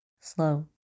slow